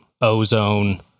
Ozone